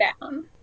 down